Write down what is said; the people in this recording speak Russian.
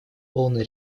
полная